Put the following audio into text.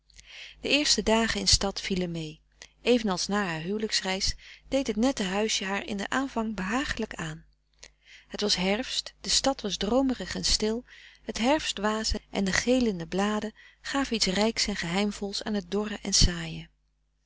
de eerste dagen in stad vielen mee evenals na haar huwelijksreis deed het nette huisje haar in den aanvang behagelijk aan het was herfst de stad was droomerig en stil het herfstwaas en de geelende bladen gaven iets rijks en geheimvols aan het dorre en saaie